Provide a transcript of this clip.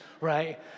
right